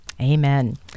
Amen